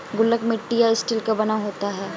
गुल्लक मिट्टी या स्टील का बना होता है